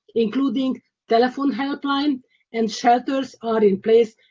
including telephone helplines and shelters, are in place,